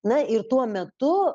na ir tuo metu